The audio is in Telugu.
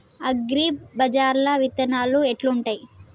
అగ్రిబజార్ల విత్తనాలు ఎట్లుంటయ్?